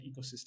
ecosystem